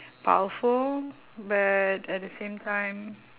powerful but at the same time